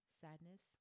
sadness